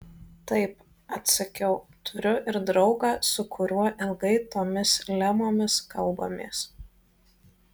taip atsakiau turiu ir draugą su kuriuo ilgai tomis lemomis kalbamės